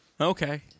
Okay